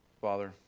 Father